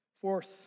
Fourth